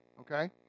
okay